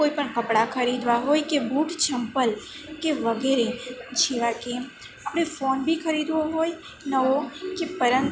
કોઈપણ કપડાં ખરીદવા હોય કે બુટ ચંપલ કે વગેરે જેવા કે આપણે ફોન બી ખરીદવો હોય નવો કે પરંતુ